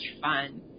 fun